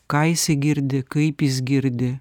ką jisai girdi kaip jis girdi